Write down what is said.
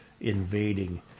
invading